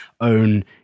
own